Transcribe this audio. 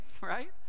right